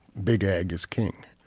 big ag is king.